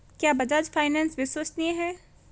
क्या बजाज फाइनेंस विश्वसनीय है?